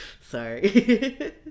Sorry